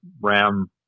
ram